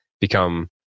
become